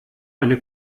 eine